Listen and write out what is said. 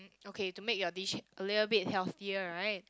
ok to make your dish a little bit healthier right